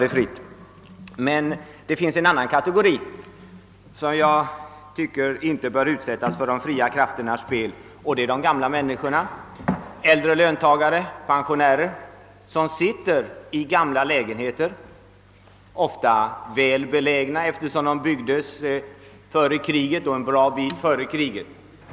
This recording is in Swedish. Det finns emellertid en annan kategori, som inte bör utsättas för de fria krafternas spel. Det är de gamla människorna, äldre löntagare och pensionärer som sitter i gamla lägenheter, ofta välbelägna eftersom de byggdes långt före kriget.